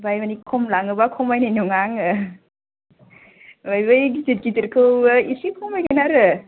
आमफाय माने खम लाङोबा खमायनाय नङा आङो आमफ्राय बै गिदिर गिदिरखौ एसे खमायगोन आरो